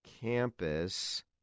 campus